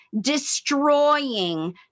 destroying